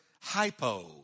hypo